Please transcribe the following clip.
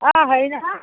অঁ হেৰি নহয়